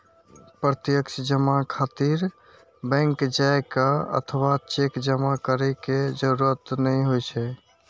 प्रत्यक्ष जमा खातिर बैंक जाइ के अथवा चेक जमा करै के जरूरत नै होइ छै